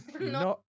No